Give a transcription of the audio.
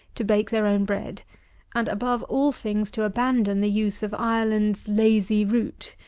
to bake their own bread and, above all things, to abandon the use of ireland's lazy root.